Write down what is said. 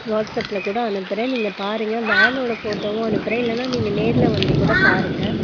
வாட்ஸ்ஆப்பில் கூட அனுப்புகிறேன் நீங்கள் பாருங்க வேனோடய ஃபோட்டோவும் அனுப்புகிறேன் இல்லைன்னா நீங்கள் நேரில் வந்து கூட பாருங்க